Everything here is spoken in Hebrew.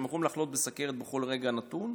ויכולים לחלות בסוכרת בכל רגע נתון,